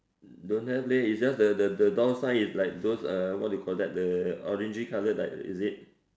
don't have leh its just the the the door sign is like those uh what you call the orangey color like is it